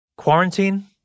Quarantine